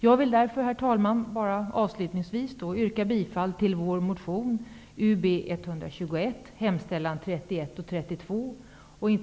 Jag vill avslutningsvis yrka bifall till vår motion Ub121, punkterna 31 och 32 i hemställan.